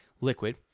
liquid